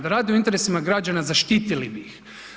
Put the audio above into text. Da rade u interesima građana zaštitili bi ih.